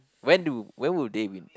when do when will they win